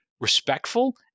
respectful